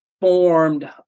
formed